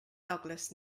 douglas